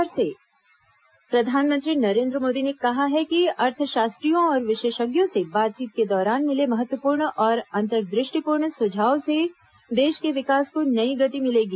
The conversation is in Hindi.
प्रधानमंत्री अर्थशास्त्री प्रधानमंत्री नरेन्द्र मोदी ने कहा है कि अर्थशास्त्रियों और विशेषज्ञों से बातचीत के दौरान मिले महत्वपूर्ण और अंतर्द्रष्टिपूर्ण सुझावों से देश के विकास को नई गति मिलेगी